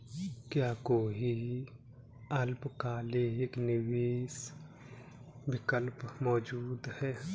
क्या कोई अल्पकालिक निवेश विकल्प मौजूद है?